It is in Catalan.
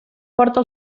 porta